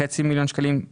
5 מיליון שקלים,